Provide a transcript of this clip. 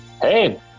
Hey